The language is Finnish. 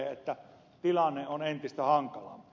niin että tilanne on entistä hankalampi